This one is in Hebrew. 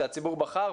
שהציבור בחר,